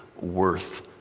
worth